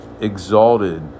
Exalted